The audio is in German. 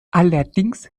allerdings